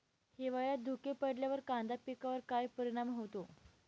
हिवाळ्यात धुके पडल्यावर कांदा पिकावर काय परिणाम होतो?